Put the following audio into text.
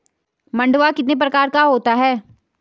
मंडुआ कितने प्रकार का होता है?